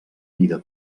vida